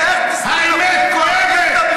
האמת כואבת,